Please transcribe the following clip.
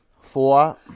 Four